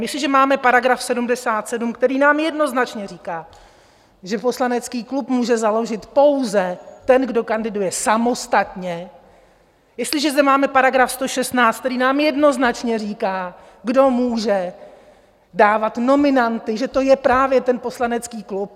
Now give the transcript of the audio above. Jestliže máme § 77, který nám jednoznačně říká, že poslanecký klub může založit pouze ten, kdo kandiduje samostatně, jestliže zde máme § 116, který nám jednoznačně říká, kdo může dávat nominanty, že to je právě ten poslanecký klub...